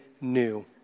new